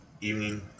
evening